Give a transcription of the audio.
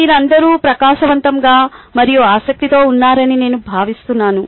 మీరందరూ ప్రకాశవంతంగా మరియు ఆసక్తితో ఉన్నారని నేను భావిస్తునాను